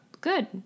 Good